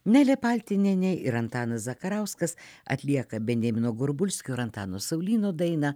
nelė paltinienė ir antanas zakarauskas atlieka benjamino gorbulskio ir antano saulyno dainą